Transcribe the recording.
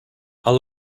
how